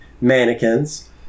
mannequins